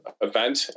event